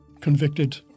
convicted